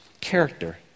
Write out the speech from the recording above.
character